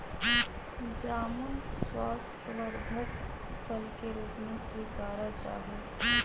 जामुन स्वास्थ्यवर्धक फल के रूप में स्वीकारा जाहई